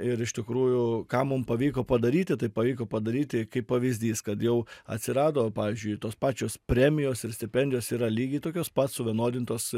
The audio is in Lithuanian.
ir iš tikrųjų ką mum pavyko padaryti tai pavyko padaryti kaip pavyzdys kad jau atsirado pavyzdžiui tos pačios premijos ir stipendijos yra lygiai tokios pat suvienodintos